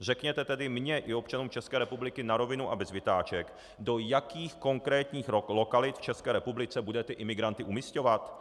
Řekněte tedy mně i občanům České republiky na rovinu a bez vytáček, do jakých konkrétních lokalit v České republice budete imigranty umisťovat.